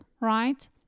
right